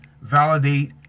validate